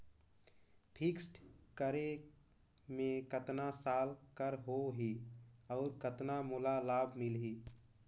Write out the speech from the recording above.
Fixed करे मे कतना साल कर हो ही और कतना मोला लाभ मिल ही?